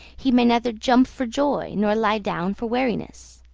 he may neither jump for joy nor lie down for weariness.